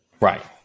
Right